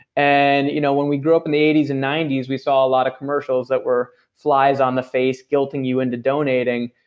and you know when we grew up in the eighty s and ninety s we saw a lot of commercials that were flies on the face, guilting you into donating.